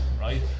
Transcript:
right